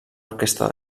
orquestra